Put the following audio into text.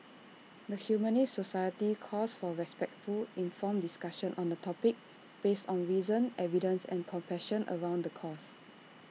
the Humanist society calls for respectful informed discussion on the topic based on reason evidence and compassion around the cause